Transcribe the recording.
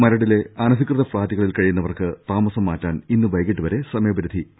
മരടിലെ അനധികൃത ഫ്ളാറ്റുകളിൽ കഴിയുന്നവർക്ക് താമസം മാറ്റാൻ ഇന്ന് വൈകിട്ടുവരെ സമയപരിധി അനുവദിച്ചു